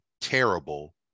terrible